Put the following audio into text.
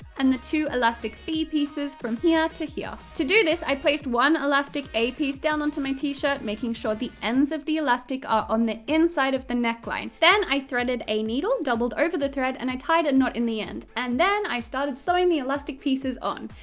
and the two elastic b pieces from here to here. to do this, i placed one elastic piece a down onto my t-shirt making sure the ends of the elastic are on the inside of the neckline. then i threaded a needle, doubled over the thread and i tied a knot in the end, and then i started sewing the elastic pieces on!